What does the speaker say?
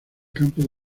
campos